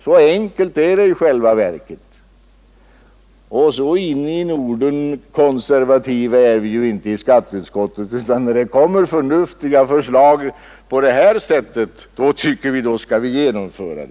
Så enkelt är det i själva verket, och vi är inte så till den grad konservativa i skatteutskottet att vi inte tycker att förnuftiga förslag som dessa skall kunna genomföras.